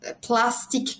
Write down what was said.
plastic